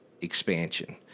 expansion